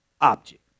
object